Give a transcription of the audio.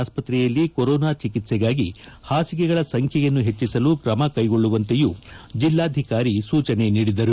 ಆಸ್ವತ್ರೆಯಲ್ಲಿ ಕೊರೋನಾ ಚಿಕಿತ್ಸೆಗಾಗಿ ಪಾಸಿಗೆಗಳ ಸಂಖ್ಯೆಯನ್ನು ಪೆಚ್ಚಿಸಲು ಕ್ರಮಕ್ಕೆಗೊಳ್ಳುವಂತೆಯೂ ಜಿಲ್ಲಾಧಿಕಾರಿ ಸೂಚನೆ ನೀಡಿದರು